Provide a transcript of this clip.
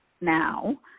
now